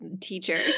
teacher